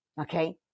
okay